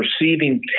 receiving